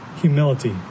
Humility